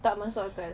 tak masuk akal